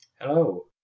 Hello